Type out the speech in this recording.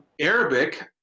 Arabic